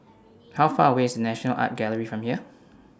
How Far away IS National Art Gallery from here